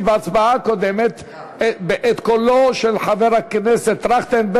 ההצעה תועבר לוועדת החוקה,